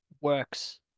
works